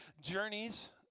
journeys